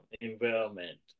environment